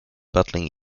battling